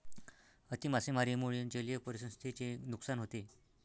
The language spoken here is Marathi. अति मासेमारीमुळे जलीय परिसंस्थेचे नुकसान होते